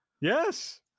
Yes